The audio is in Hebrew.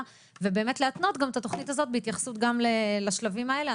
ובאמת להתנות גם את התוכנית הזאת בהתייחסות גם לשלבים האלה,